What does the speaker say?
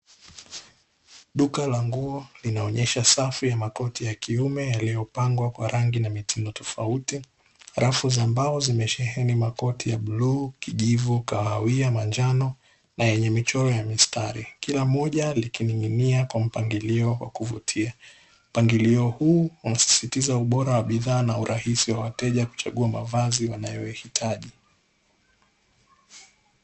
Duka la nguo linaonyesha safu ya makoti ya kiume, yaliyopangwa kwa rangi na mitindo tofauti. Rafu za mbao zimesheheni makoti ya bluu, kijivu, kahawia, manjano na yenye michoro ya mistari. Kila moja likining'inia kwa mpangilio wa kuvutia. Mpangilio huu unasisitiza ubora wa bidhaa na urahisi wa wateja kuchagua mavazi wanayoyahitaji.